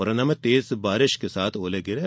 मुरैना में तेज बारिश के साथ गिरे